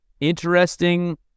Interesting